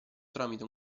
tramite